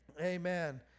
Amen